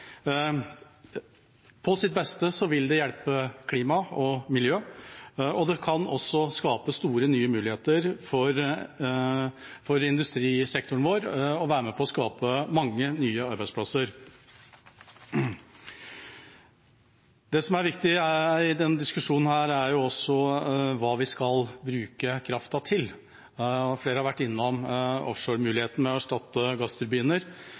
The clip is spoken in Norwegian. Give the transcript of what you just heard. på sitt beste vil det hjelpe klimaet og miljøet, og det kan også skape store, nye muligheter for industrisektoren vår og være med på å skape mange nye arbeidsplasser. Det som er viktig i denne diskusjonen, er også hva vi skal bruke kraften til. Flere har vært innom muligheten for å erstatte gassturbiner